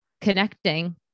connecting